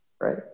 right